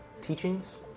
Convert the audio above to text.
teachings